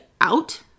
out